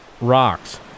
rocks